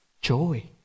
joy